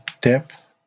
depth